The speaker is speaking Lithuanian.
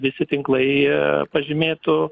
visi tinklai pažymėtų